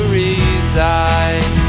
reside